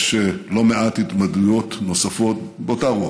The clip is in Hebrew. יש לא מעט התבטאויות נוספות באותה רוח.